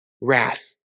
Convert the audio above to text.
wrath